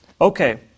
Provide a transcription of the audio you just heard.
Okay